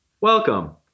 Welcome